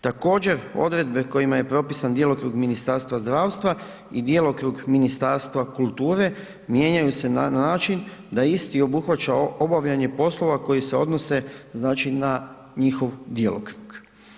Također odredbe kojima je propisan djelokrug Ministarstva zdravstva i djelokrug Ministarstva kulture mijenjaju se na način da isti obuhvaća obavljanje poslova koji se odnose znači na njihov djelokrug.